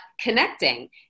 connecting